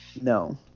No